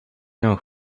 know